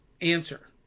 answer